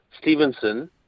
Stevenson